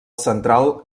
central